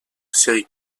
série